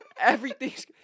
Everything's